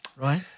right